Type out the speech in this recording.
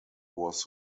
was